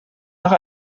nach